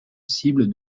cible